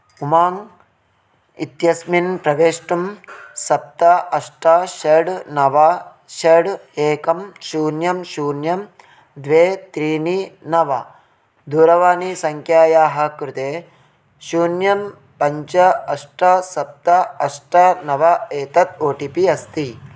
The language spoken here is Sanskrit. उमाङ्ग् इत्यस्मिन् प्रवेष्टुं सप्त अष्ट षड् नव षड् एकं शून्यं शून्यं द्वे त्रीणि नव दूरवाणीसङ्ख्यायाः कृते शून्यं पञ्च अष्ट सप्त अष्ट नव एतत् ओ टि पि अस्ति